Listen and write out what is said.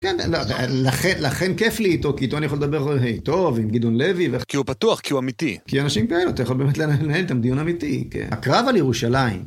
כן, לכן, לכן כיף לי איתו, כי איתו אני יכול לדבר איתו, עם גדעון לוי, כי הוא פתוח, כי הוא אמיתי. כי אנשים כאלו, אתה יכול באמת לנהל איתם דיון אמיתי, כן. הקרב על ירושלים.